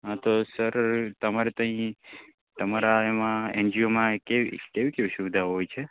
હા તો સર તમારે ત્યાં તમારા એમાં એનજીઓમાં કેવ કેવી કેવી સુવિધાઓ હોય છે